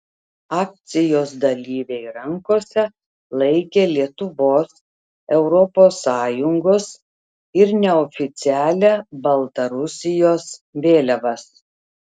akcijos dalyviai rankose laikė lietuvos europos sąjungos ir neoficialią baltarusijos vėliavas